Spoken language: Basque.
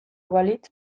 balitz